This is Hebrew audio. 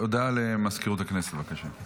הודעה למזכירות הכנסת, בבקשה.